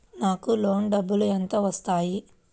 నాకు లోన్ డబ్బులు ఎంత వస్తాయి?